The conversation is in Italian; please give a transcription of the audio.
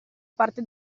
parte